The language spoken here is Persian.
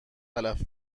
تلف